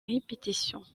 répétitions